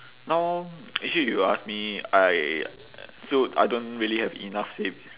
now actually if you ask me I still I don't really have enough savings